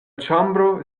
ĉambro